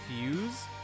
Fuse